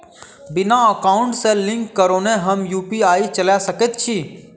बिना एकाउंट सँ लिंक करौने हम यु.पी.आई चला सकैत छी?